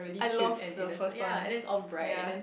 I love the first one yea